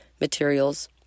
materials